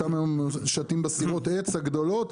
שם הם שטים בסירות העץ הגדולות.